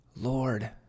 Lord